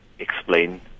explain